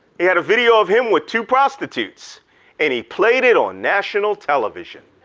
he had a video of him with two prostitutes and he played it on national television,